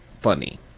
funny